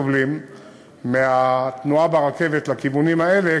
סובלים מהתנועה ברכבת לכיוונים האלה,